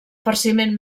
farciment